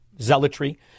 zealotry